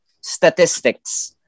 Statistics